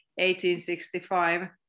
1865